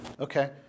Okay